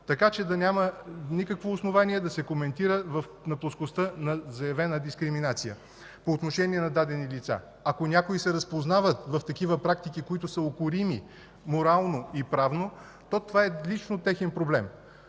така че да няма никакво основание да се коментира на плоскостта на заявена дискриминация по отношение на дадени лица. Ако някои се разпознават в такива практики, които са укорими морално и правно, то това е лично техен проблем.